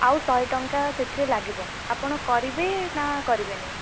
ଆଉ ଶହେ ଟଙ୍କା ସେଥିରେ ଲାଗିବ ଆପଣ କରିବେ ନା କରିବେନି